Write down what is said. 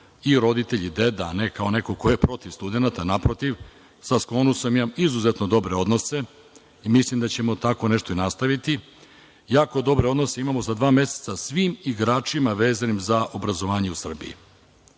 i roditelj i deda, a ne neko ko je protiv studenata, naprotiv. Sa SKONUS-om imam izuzetno dobre odnose i mislim da ćemo tako nešto i nastaviti. Jako dobre odnose imamo za dva meseca sa svim igračima vezanim za obrazovanje u Srbiji.